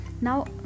now